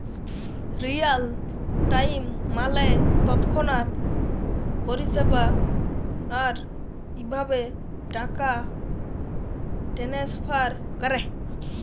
Real time মালে তৎক্ষণাৎ পরিষেবা, আর ইভাবে টাকা টেনেসফার ক্যরে